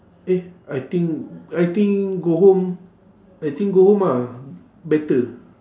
eh I think I think go home I think go home ah better